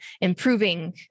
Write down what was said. improving